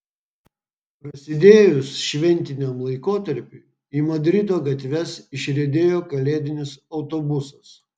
prasidėjus šventiniam laikotarpiui į madrido gatves išriedėjo kalėdinis autobusas